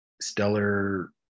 stellar